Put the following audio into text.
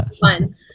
fun